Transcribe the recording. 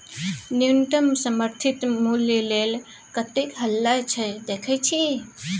न्युनतम समर्थित मुल्य लेल कतेक हल्ला छै देखय छी